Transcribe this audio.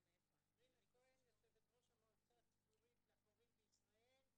כהן, יושבת ראש המועצה הציבורית להורים בישראל.